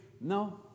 No